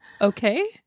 Okay